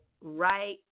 right